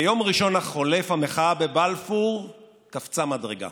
ביום ראשון החולף המחאה בבלפור קפצה מדרגה.